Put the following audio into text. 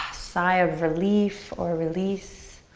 sigh of relief or release.